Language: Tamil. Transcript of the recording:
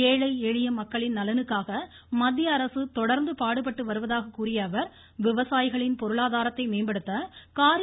ஏழை எளிய மக்களின் நலனுக்காக மத்தியஅரசு தொடர்ந்து பாடுபட்டு வருவதாக கூறியஅவர் விவசாயிகளின் பொருளாதாரத்தை மேம்படுத்த காரீ